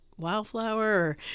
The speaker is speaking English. wildflower